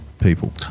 people